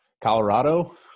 Colorado